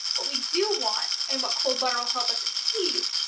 what we do want, and what cold butter will help us achieve,